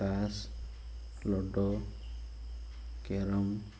ତାସ୍ ludo carrom